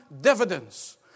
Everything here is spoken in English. dividends